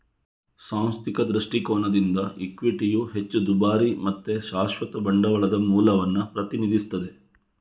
ಸಾಂಸ್ಥಿಕ ದೃಷ್ಟಿಕೋನದಿಂದ ಇಕ್ವಿಟಿಯು ಹೆಚ್ಚು ದುಬಾರಿ ಮತ್ತೆ ಶಾಶ್ವತ ಬಂಡವಾಳದ ಮೂಲವನ್ನ ಪ್ರತಿನಿಧಿಸ್ತದೆ